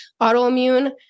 autoimmune